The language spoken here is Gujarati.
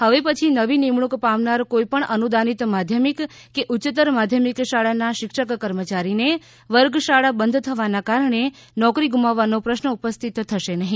હવે પછી નવી નિમણૂક પામનાર કોઇપણ અનુદાનિત માધ્યમિક કે ઉચ્યત્તર માધ્યમિક શાળાના શિક્ષક કર્મચારીને વર્ગ શાળા બંધ થવાના કારણે નોકરી ગુમાવવાનો પ્રશ્ન ઉપસ્થિત થશે નહી